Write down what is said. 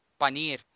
paneer